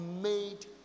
made